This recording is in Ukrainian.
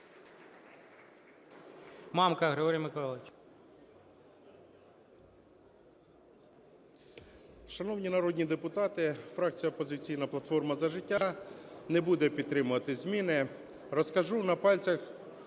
Мамка Григорій Миколайович.